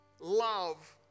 love